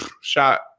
shot